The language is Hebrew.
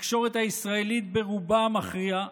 התקשורת הישראלית ברובה המכריע,